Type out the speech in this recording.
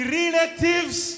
relatives